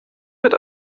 wird